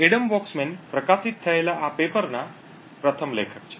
Adam Voxman પ્રકાશિત થયેલા આ પેપરના પ્રથમ લેખક છે